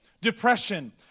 depression